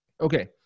Okay